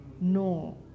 no